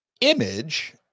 image